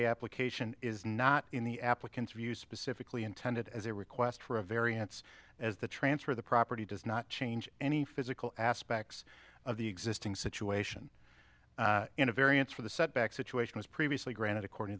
the application is not in the applicants view specifically intended as a request for a variance as the transfer of the property does not change any physical aspects of the existing situation in a variance for the setback situation as previously granted according